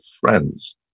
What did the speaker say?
friends